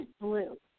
blue